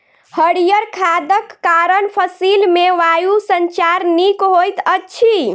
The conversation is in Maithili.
हरीयर खादक कारण फसिल मे वायु संचार नीक होइत अछि